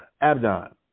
Abdon